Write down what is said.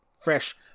fresh